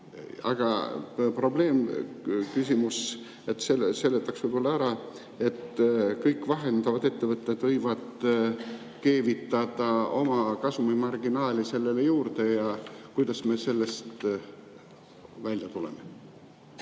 Aga probleem või küsimus on, seletaks selle võib-olla ära, et kõik vahendavad ettevõtted võivad keevitada oma kasumimarginaali hinnale juurde. Kuidas me sellest välja tuleme?